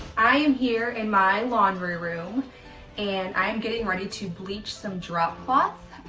i am here in my laundry room and i am getting ready to bleach some drop cloth.